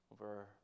over